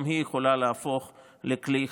גם היא יכולה להפוך לכלי חד-פעמי.